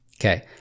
okay